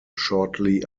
shortly